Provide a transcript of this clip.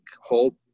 hope